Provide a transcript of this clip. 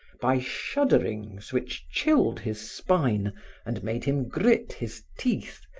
by shudderings which chilled his spine and made him grit his teeth,